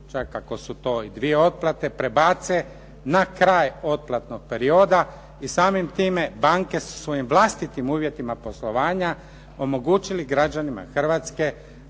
čak ako su to i dvije otplate prebace na kraj otplatnog perioda i samim time banke su svojim vlastitim uvjetima poslovanja omogućili građanima Hrvatske